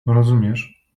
rozumiesz